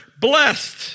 blessed